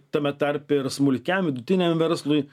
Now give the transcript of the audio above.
tame tarpe ir smulkiam vidutiniam verslui